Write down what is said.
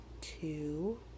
two